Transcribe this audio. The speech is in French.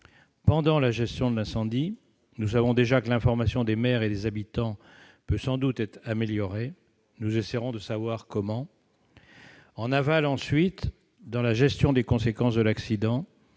concerne la gestion de l'incendie, nous savons déjà que l'information des maires et des habitants peut sans doute être améliorée. Nous essaierons de savoir comment. En aval ensuite, nous nous interrogerons sur la gestion des conséquences de l'accident.